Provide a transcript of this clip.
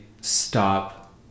stop